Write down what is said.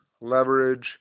leverage